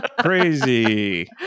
Crazy